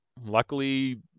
luckily